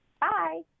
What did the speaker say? Bye